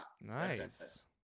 nice